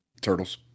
turtles